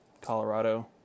Colorado